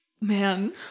Man